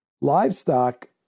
livestock